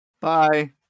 bye